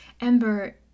Ember